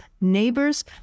neighbors